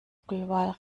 buckelwal